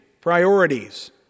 priorities